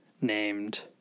named